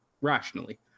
rationally